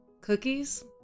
Cookies